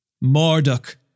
Marduk